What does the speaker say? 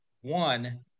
one